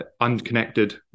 unconnected